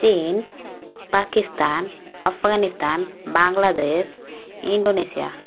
China Pakistan Afghanistan Bangladesh Indonesia